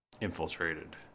infiltrated